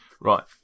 Right